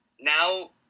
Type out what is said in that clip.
now